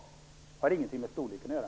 Det har ingenting med storleken att göra.